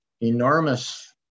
enormous